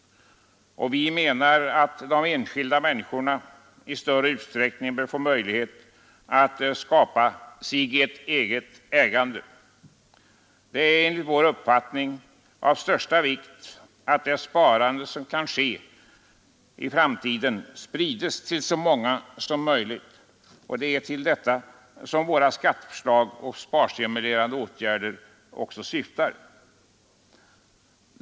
Vi menar att de enskilda människorna i större utsträckning bör få möjlighet att skapa sig ett ägande. Det är enligt vår uppfattning av största vikt att det sparande som kan ske i framtiden sprides till så många som möjligt. Det är till detta som våra skatteförslag och sparstimulerande åtgärder syftar.